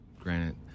Granite